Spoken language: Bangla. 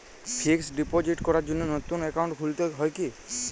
ফিক্স ডিপোজিট করার জন্য নতুন অ্যাকাউন্ট খুলতে হয় কী?